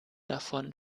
davon